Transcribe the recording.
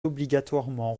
obligatoirement